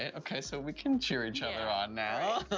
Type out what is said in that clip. ah okay, so we can cheer each other on, now.